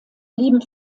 blieben